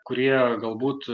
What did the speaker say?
kurie galbūt